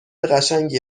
قشنگی